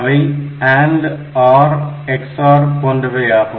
அவை AND OR XOR போன்றவையாகும்